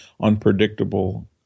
unpredictable